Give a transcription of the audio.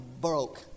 broke